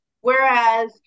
Whereas